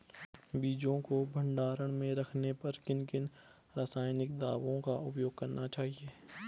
बीजों को भंडारण में रखने पर किन किन रासायनिक दावों का उपयोग करना चाहिए?